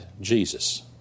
Jesus